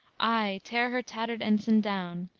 ay! tear her tattered ensign down!